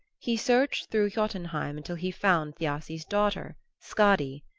he searched through jotunheim until he found thiassi's daughter, skadi.